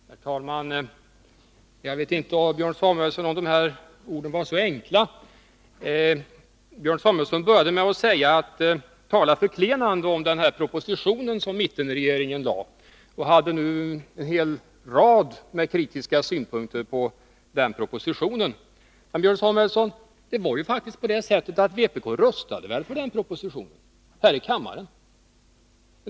Herr talman! Jag vet inte, Björn Samuelson, om de där orden var så enkla. Björn Samuelson började med att tala förklenande om den proposition som mittenregeringen lade fram och hade en hel rad kritiska synpunkter på den. Men, Björn Samuelson, vpk röstade faktiskt för den propositionen här i kammaren.